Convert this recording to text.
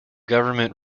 government